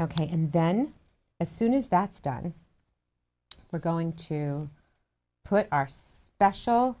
ok and then as soon as that's done we're going to put our special